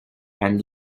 and